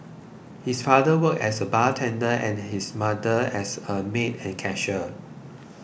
his father worked as a bartender and his mother as a maid and cashier